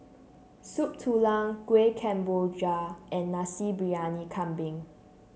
Soup Tulang Kueh Kemboja and Nasi Briyani Kambing